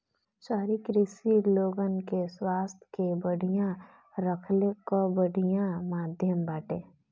शहरी कृषि लोगन के स्वास्थ्य के बढ़िया रखले कअ बढ़िया माध्यम बाटे